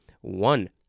One